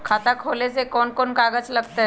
खाता खोले ले कौन कौन कागज लगतै?